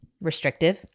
restrictive